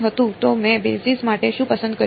તો મેં બેસિસ માટે શું પસંદ કર્યું